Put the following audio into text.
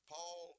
Paul